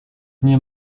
nie